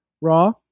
Raw